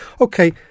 Okay